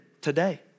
today